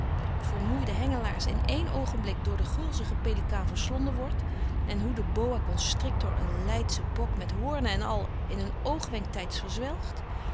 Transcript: onvermoeide hengelaars in één oogenblik door den gulzigen pelikaan verslonden wordt en hoe de boa constrictor een leidschen bok met hoornen en al in een oogwenk